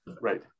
Right